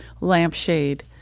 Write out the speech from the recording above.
lampshade